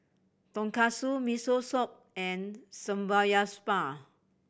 Tonkatsu Miso Soup and Samgyeopsal